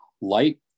light